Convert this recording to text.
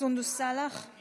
הצעת סיעת הרשימה המשותפת להביע